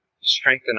Strengthen